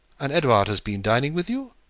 and edouard has been dining with you?